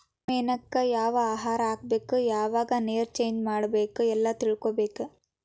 ಮೇನಕ್ಕ ಯಾವ ಆಹಾರಾ ಹಾಕ್ಬೇಕ ಯಾವಾಗ ನೇರ ಚೇಂಜ್ ಮಾಡಬೇಕ ಎಲ್ಲಾ ತಿಳಕೊಬೇಕ